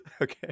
Okay